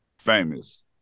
Famous